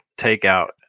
takeout